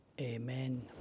Amen